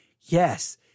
Yes